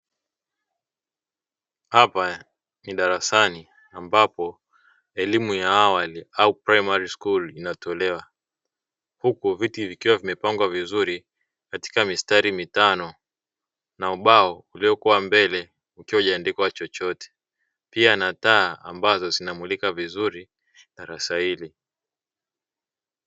Hapa ni darasani ambapo elimu ya awali au "primary school" inatolewa huku viti vikiwa vimepangwa vizuri katika mistari mitano na ubao uliokuwa mbele, ukiwa hujaandikwa chochote pia na taa ambazo zinamulika vizuri darasa hili.